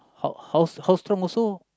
how how how strong also